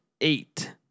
eight